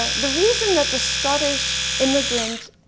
ah the reason that the scottish immigrant,